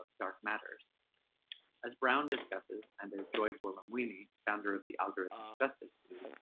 dark matters as brown discusses and as joy boulamwini, founder of the algorithmic justice league,